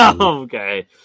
Okay